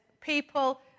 people